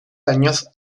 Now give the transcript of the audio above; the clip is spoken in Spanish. años